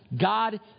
God